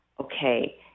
okay